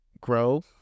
grow